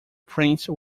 prince